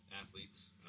Athletes